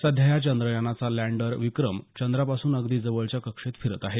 सध्या या चांद्रयानाचा लँडर विक्रम चंद्रापासून अगदी जवळच्या कक्षेत फिरत आहे